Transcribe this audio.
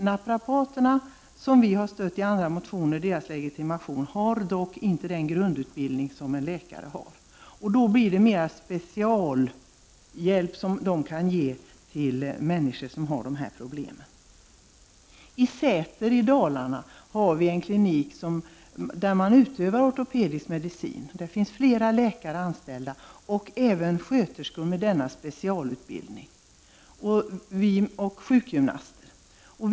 Naprapaterna — vi har i andra motioner stött tanken på legitimation för dem — har inte den grundutbildning som en läkare har. Det blir då mer speciell hjälp som de kan ge till de människor som har sådana här problem. I Säter i Dalarna finns en klinik där man utövar ortopedisk medicin. Där är flera läkare och även sjuksköterskor och sjukgymnaster med denna specialutbildning anställda.